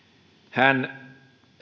hän